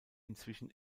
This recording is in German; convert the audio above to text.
inzwischen